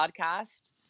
podcast